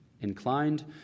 Inclined